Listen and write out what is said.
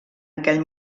aquell